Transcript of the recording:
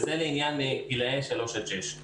זה לעניין גילאי שלוש עד שש.